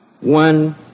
One